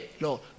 Lord